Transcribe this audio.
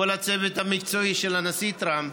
כל הצוות המקצועי של הנשיא טראמפ,